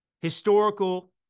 historical